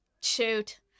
shoot